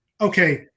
okay